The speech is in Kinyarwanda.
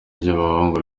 ry’abahungu